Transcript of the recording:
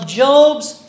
job's